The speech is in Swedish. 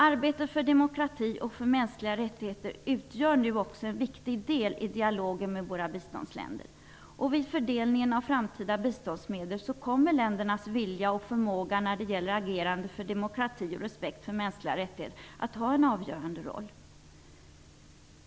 Arbetet för demokrati och för mänskliga rättigheter utgör nu också en viktig del i dialogen med våra biståndsländer. Vid fördelningen av framtida biståndsmedel kommer ländernas vilja och förmåga när det gäller agerandet för demokrati och respekt för mänskliga rättigheter att spela en avgörande roll.